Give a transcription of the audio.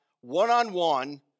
one-on-one